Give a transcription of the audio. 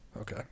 Okay